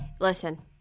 listen-